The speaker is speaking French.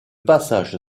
passage